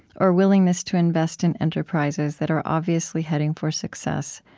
or willingness to invest in enterprises that are obviously heading for success,